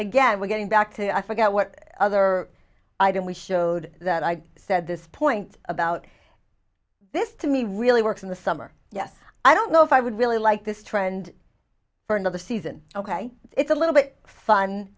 again we're getting back to i forget what other item we showed that i said this point about this to me really works in the summer yes i don't know if i would really like this trend for another season ok it's a little bit fun